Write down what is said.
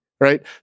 Right